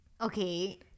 Okay